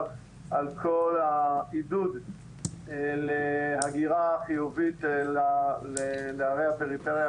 על כל העידוד להגירה חיובית לערי הפריפריה,